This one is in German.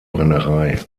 brennerei